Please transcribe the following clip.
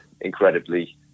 incredibly